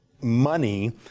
money